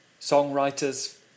songwriters